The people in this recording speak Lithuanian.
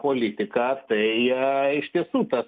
politika tai iš tiesų tas